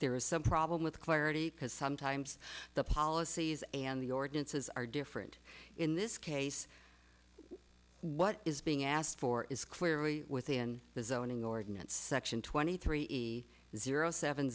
there is some problem with clarity because sometimes the policies and the ordinances are different in this case what is being asked for is clearly within the zoning ordinance section twenty three zero seven